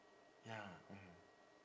ya mm